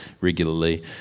regularly